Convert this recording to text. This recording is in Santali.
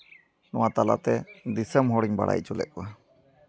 ᱱᱚᱣᱟ ᱛᱟᱞᱟᱛᱮ ᱫᱤᱥᱚᱢ ᱦᱚᱲᱤᱧ ᱵᱟᱲᱟᱭ ᱦᱚᱪᱚ ᱞᱮᱜ ᱠᱚᱣᱟ